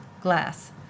glass